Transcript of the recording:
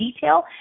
detail